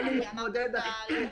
כי אמרת שאתה לא רוצה אותו.